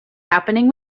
happening